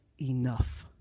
Enough